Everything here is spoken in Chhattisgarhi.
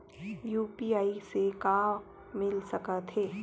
यू.पी.आई से का मिल सकत हे?